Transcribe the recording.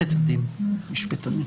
אחד הסופרים הבולטים,